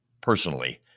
Personally